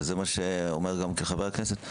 וזה גם מה שאומר חבר הכנסת,